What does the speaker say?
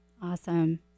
Awesome